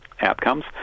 outcomes